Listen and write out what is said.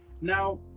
now